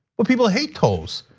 well, people hate tolls.